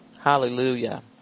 Hallelujah